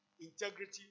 integrity